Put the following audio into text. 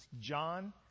John